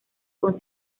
con